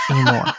anymore